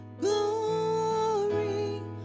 glory